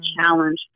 challenge